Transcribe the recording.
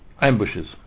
Ambushes